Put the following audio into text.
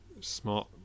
smart